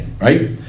right